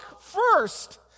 first